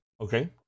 okay